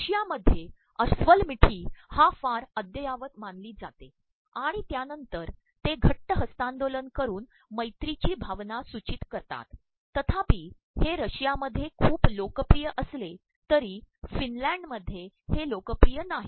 रमशयामध्ये अस्त्वल ममठी फार अद्यायावत मानली जाते आणण त्यानंतर ते घट्ि हस्त्तांदोलन करून मैरीची भावना सूचचत करतात तर्ाप्रप हे रमशयामध्ये खपू लोकप्रिय असले तरी कफनलँडमध्ये हे लोकप्रिय नाही